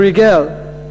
הוא ריגל,